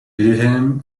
wilhelm